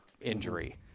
injury